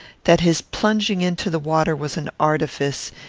that his plunging into the water was an artifice,